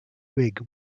rig